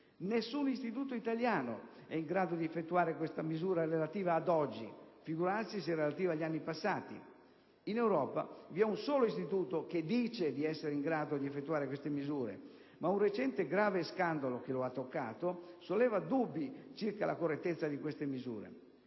Nessun istituto italiano è in grado di effettuare questa misura relativa ad oggi, figurarsi se relativa agli anni passati. In Europa, vi è un solo istituto che dice di essere in grado di effettuare queste misure, ma un recente grave scandalo che lo ha toccato solleva dubbi circa la correttezza di tali misure.